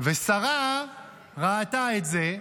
שרה ראתה את זה,